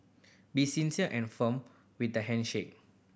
be sincere and firm with the handshake